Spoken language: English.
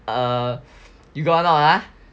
err you got or not ah